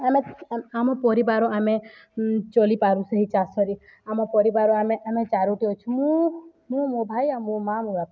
ଆମେ ଆମ ପରିବାର ଆମେ ଚଲିପାରୁ ସେହି ଚାଷରେ ଆମ ପରିବାର ଆମେ ଆମେ ଚାରୋଟି ଅଛୁ ମୁଁ ମୁଁ ମୋ ଭାଇ ଆଉ ମୋ ମା' ମୋ ବାପା